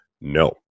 No